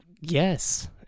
yes